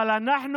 אבל אנחנו